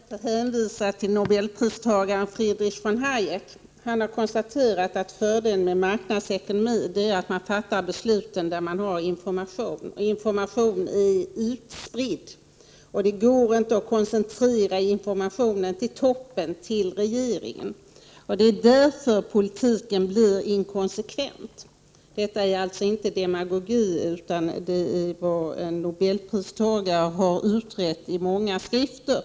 Herr talman! Jag ber att få hänvisa till nobelpristagaren Friedrich von Hayek. Han har konstaterat att fördelen med en marknadsekonomi är att man fattar besluten där man har informationen. Informationen är utspridd. Det går inte att koncentrera informationen till toppen, till regeringen. Det är därför politiken blir inkonsekvent. Det är således inte fråga om demagogi, utan om vad en nobelpristagare har utrett i många skrifter.